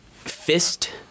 fist